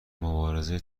مبارزه